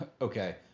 Okay